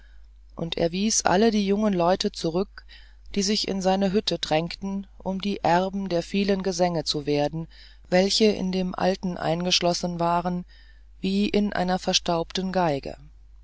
und er wies alle die jungen leute zurück die sich in seine hütte drängten um die erben der vielen gesänge zu werden welche in dem alten eingeschlossen waren wie in einer verstaubten geige